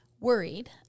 worried